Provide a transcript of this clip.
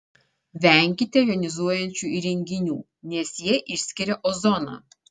venkite jonizuojančių įrenginių nes jie išskiria ozoną